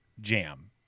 jam